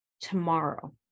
tomorrow